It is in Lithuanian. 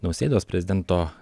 nausėdos prezidento